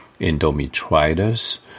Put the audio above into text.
endometritis